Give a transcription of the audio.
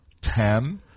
ten